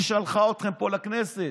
היא שלחה אתכם פה לכנסת.